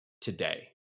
today